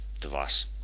device